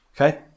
Okay